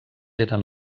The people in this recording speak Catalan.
eren